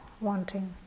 wanting